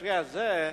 במקרה הזה,